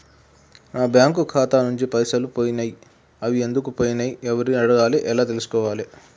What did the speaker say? నా బ్యాంకు ఖాతా నుంచి పైసలు పోయినయ్ అవి ఎందుకు పోయినయ్ ఎవరిని అడగాలి ఎలా తెలుసుకోవాలి?